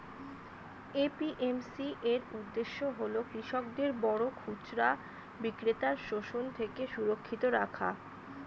APMC এর উদ্দেশ্য হল কৃষকদের বড় খুচরা বিক্রেতার শোষণ থেকে সুরক্ষিত রাখা